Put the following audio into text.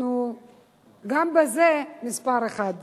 אנחנו גם בזה מספר אחת.